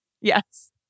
Yes